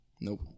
nope